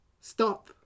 stop